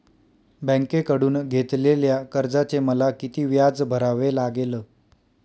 बँकेकडून घेतलेल्या कर्जाचे मला किती व्याज भरावे लागेल?